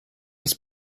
des